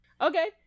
Okay